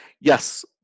yes